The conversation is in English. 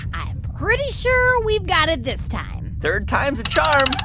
i'm pretty sure we've got it this time third time's a charm